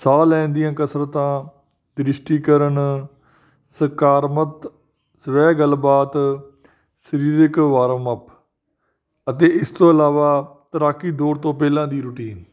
ਸਾਹ ਲੈਣ ਦੀਆਂ ਕਸਰਤਾਂ ਦ੍ਰਿਸ਼ਟੀਕਰਨ ਸਰਕਾਰਮਤ ਸਵੈ ਗੱਲਬਾਤ ਸਰੀਰਕ ਵਾਰਮ ਅਪ ਅਤੇ ਇਸ ਤੋਂ ਇਲਾਵਾ ਤੈਰਾਕੀ ਦੌਰ ਤੋਂ ਪਹਿਲਾਂ ਦੀ ਰੂਟੀਨ